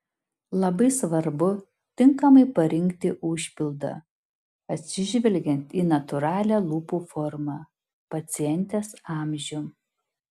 labai svarbu tinkamai parinkti užpildą atsižvelgti į natūralią lūpų formą pacientės amžių